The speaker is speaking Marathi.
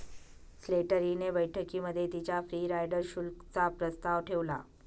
स्लेटरी ने बैठकीमध्ये तिच्या फ्री राईडर शुल्क चा प्रस्ताव ठेवला